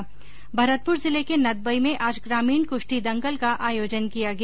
् भरतपुर जिले के नदबई में आज ग्रामीण कुश्ती दंगल का आयोजन किया गया